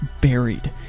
buried